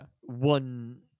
one